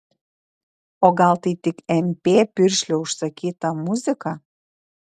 o gal tai tik mp piršlio užsakyta muzika